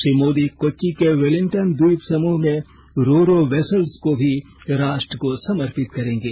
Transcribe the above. श्री मोदी कोच्चि के विलिंगडन द्वीप समूह में रो रो वेसल्स को भी राष्ट्र को समर्पित करेंगे